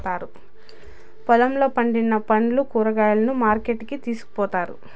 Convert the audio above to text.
పొలంలో పండిన పండ్లు, కూరగాయలను మార్కెట్ కి తీసుకొని పోతారు